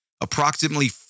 Approximately